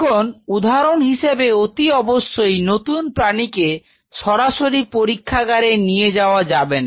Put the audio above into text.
এখন উদাহরণ হিসেবে অতি অবশ্যই নতুন প্রাণী কে সরাসরি পরীক্ষাগারে নিয়ে যাওয়া যাবে না